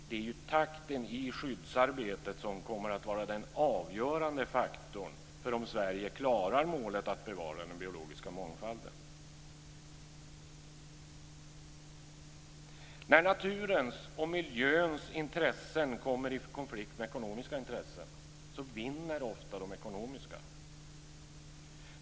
Det är ju takten i skyddsarbetet som kommer att vara den avgörande faktorn för om Sverige klarar målet att bevara den biologiska mångfalden. När naturens och miljöns intressen kommer i konflikt med ekonomiska intressen vinner ofta de ekonomiska.